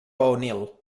onil